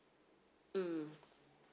mm